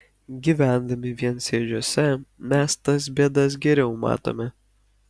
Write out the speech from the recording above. gyvendami viensėdžiuose mes tas bėdas geriau matome